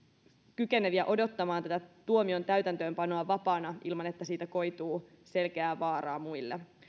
kykeneviä odottamaan tätä tuomion täytäntöönpanoa vapaana ilman että siitä koituu selkeää vaaraa muille